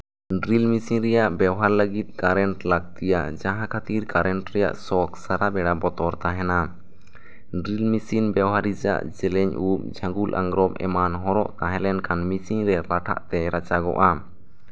drill machine ᱨᱮᱭᱟᱜ ᱵᱮᱣᱦᱟᱨ ᱞᱟᱹᱜᱤᱫ ᱠᱟᱨᱮᱱᱴ ᱞᱟᱹᱠᱛᱤᱭᱟ ᱡᱟᱦᱟᱸ ᱠᱷᱟᱹᱛᱤᱨ ᱠᱟᱨᱮᱱᱴ ᱨᱮᱭᱟᱜ ᱥᱚᱠ ᱥᱟᱨᱟ ᱵᱮᱲᱟ ᱵᱚᱛᱚᱨ ᱛᱟᱦᱮᱱᱟ ᱰᱨᱤᱞ ᱵᱮᱣᱦᱟᱨᱤᱡ ᱟᱜ ᱡᱮᱞᱮᱧ ᱩᱵ ᱡᱷᱟᱹᱝᱜᱩᱞ ᱟᱸᱝᱜᱨᱚᱵᱽ ᱮᱢᱟᱱ ᱦᱚᱨᱚᱜ ᱛᱟᱦᱮᱸ ᱞᱮᱱᱠᱷᱟᱱ ᱢᱮᱥᱤᱱᱨᱮ ᱞᱟᱴᱷᱟᱜ ᱛᱮ ᱨᱟᱪᱟᱜᱚᱜᱼᱟ